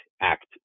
act